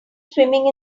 swimming